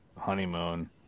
honeymoon